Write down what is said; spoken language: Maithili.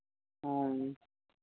हँ